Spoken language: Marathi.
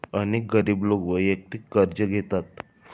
अनेक गरीब लोक वैयक्तिक कर्ज घेतात